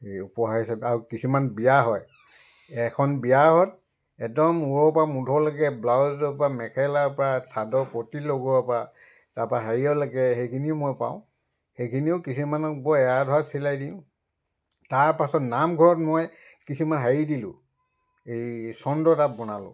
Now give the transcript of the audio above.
এই উপহাৰ হিচাপে আৰু কিছুমান বিয়া হয় এখন বিয়াহত একদম ওৰৰপৰা মুধলৈকে ব্লাউজৰপৰা মেখেলাৰপৰা চাদৰ পটি লগোৱাৰপৰা তাৰপৰা হেৰিয়লৈকে সেইখিনিও মই পাওঁ সেইখিনিও কিছুমানক বৰ এৰা ধৰাত চিলাই দিওঁ তাৰপাছত নামঘৰত মই কিছুমান হেৰি দিলোঁ এই চন্দ্ৰতাপ বনালোঁ